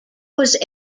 was